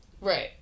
Right